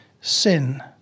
sin